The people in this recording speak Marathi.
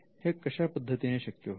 हे कशा पद्धतीने शक्य होते